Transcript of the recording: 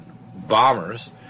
bombers